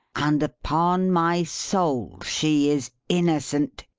and upon my soul she is innocent,